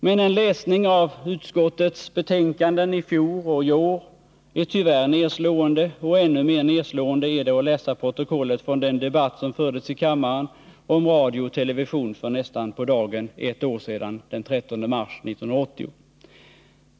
Men en läsning av utskottets betänkanden i fjol och i år är tyvärr nedslående, och ännu mer nedslående är det att läsa protokollet från den debatt som fördes i kammaren om radio och television för nästan på dagen ett år sedan, den 13 mars 1980.